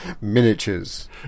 Miniatures